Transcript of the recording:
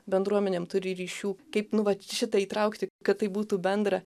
bendruomenėm turi ryšių kaip nu vat šitą įtraukti kad tai būtų bendra